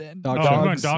dog